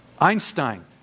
Einstein